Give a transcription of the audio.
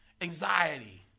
anxiety